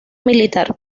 militar